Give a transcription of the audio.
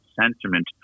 sentiment